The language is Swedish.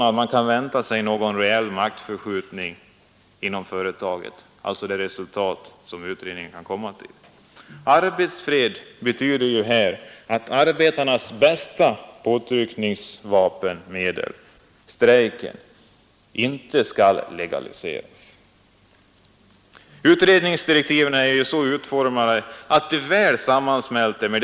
När man tittar på det föreliggande förslaget till styrelserepresentation för arbetarna ser man att de hittillsvarande arbetsformerna för en bolagsstyrelse också skall gälla för arbetarrepresentanten. Det rör sig då främst om sekretessen.